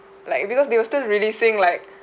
like because they were still releasing like